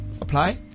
apply